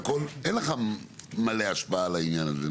אין לך מלא השפעה על העניין הזה,